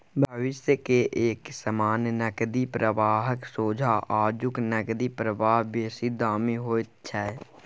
भविष्य के एक समान नकदी प्रवाहक सोंझा आजुक नकदी प्रवाह बेसी दामी होइत छै